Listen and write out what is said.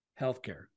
Healthcare